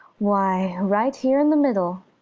why, right here in the middle.